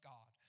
God